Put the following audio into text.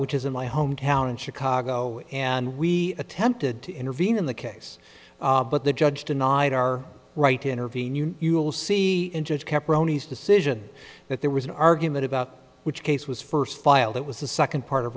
which is in my hometown in chicago and we attempted to intervene in the case but the judge denied our right intervene you you'll see in judge kept ronis decision that there was an argument about which case was first filed it was the second part of